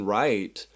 right